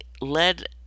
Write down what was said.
led